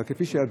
אבל כפי שידוע,